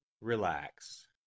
Relax